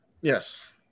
yes